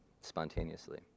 spontaneously